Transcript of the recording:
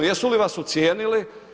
Jesu li vas ucijenili?